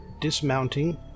dismounting